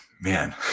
Man